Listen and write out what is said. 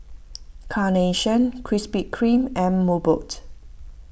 Carnation Krispy Kreme and Mobot